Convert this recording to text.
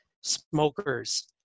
smokers